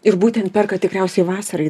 ir būtent perka tikriausiai vasarai